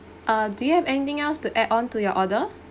uh do you have anything else to add on to your order